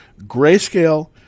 Grayscale